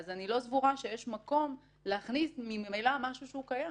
אני לא סבורה שיש מקום להכניס משהו שהוא ממילא קיים.